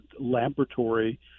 laboratory